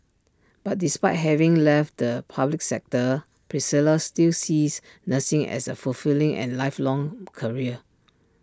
but despite having left the public sector Priscilla still sees nursing as A fulfilling and lifelong career